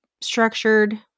structured